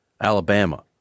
Alabama